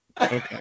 Okay